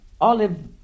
Olive